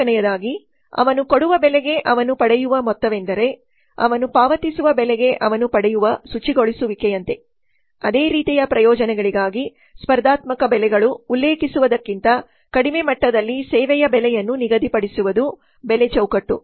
ನಾಲ್ಕನೆಯದಾಗಿ ಅವನು ಕೊಡುವ ಬೆಲೆಗೆ ಅವನು ಪಡೆಯುವ ಮೊತ್ತವೆಂದರೆ ಅವನು ಪಾವತಿಸುವ ಬೆಲೆಗೆ ಅವನು ಪಡೆಯುವ ಶುಚಿಗೊಳಿಸುವಿಕೆಯಂತೆ ಅದೇ ರೀತಿಯ ಪ್ರಯೋಜನಗಳಿಗಾಗಿ ಸ್ಪರ್ಧಾತ್ಮಕ ಬೆಲೆಗಳು ಉಲ್ಲೇಖಿಸುವುದಕ್ಕಿಂತ ಕಡಿಮೆ ಮಟ್ಟದಲ್ಲಿ ಸೇವೆಯ ಬೆಲೆಯನ್ನು ನಿಗದಿಪಡಿಸುವುದು ಬೆಲೆ ಚೌಕಟ್ಟು